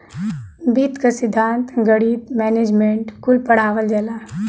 वित्त क सिद्धान्त, गणित, मैनेजमेंट कुल पढ़ावल जाला